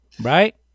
Right